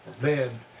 Man